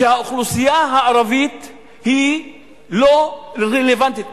האוכלוסייה הערבית היא לא רלוונטית,